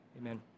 amen